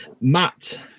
Matt